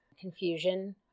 confusion